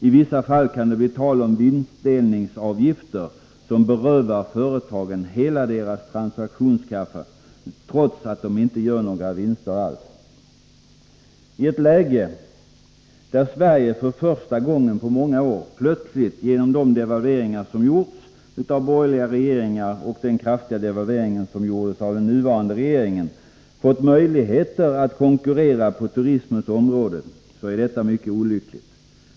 I vissa fall kan det bli tal om vinstdelningsavgifter som berövar företaget hela dess transaktionskapital, trots att det inte gör några vinster alls. I ett läge där Sverige, genom de devalveringar som genomförts av de borgerliga regeringarna och den kraftiga devalvering som gjordes av den nuvarande regeringen, för första gången på många år fått möjligheter att konkurrera på turismens område, är detta mycket olyckligt.